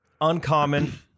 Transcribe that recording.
uncommon